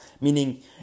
Meaning